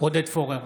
עודד פורר,